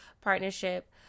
partnership